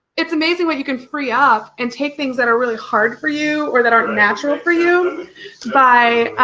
it's amazing what you can free up and take things that are really hard for you or that are natural for you by